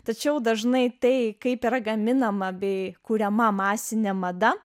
tačiau dažnai tai kaip yra gaminama bei kuriama masinė mada